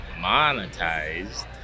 monetized